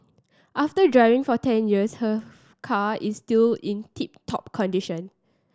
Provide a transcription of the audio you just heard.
after driving for ten years her car is still in tip top condition